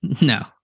No